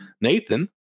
Nathan